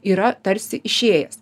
yra tarsi išėjęs